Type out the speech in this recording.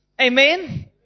Amen